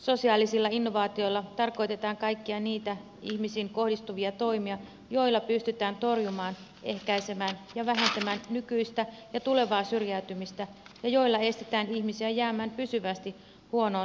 sosiaalisilla innovaatioilla tarkoitetaan kaikkia niitä ihmisiin kohdistuvia toimia joilla pystytään torjumaan ehkäisemään ja vähentämään nykyistä ja tulevaa syrjäytymistä ja joilla estetään ihmisiä jäämästä pysyvästi huonoon elämäntilanteeseen